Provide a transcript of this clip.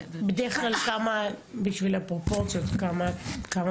בשביל הפרופורציות, בכמה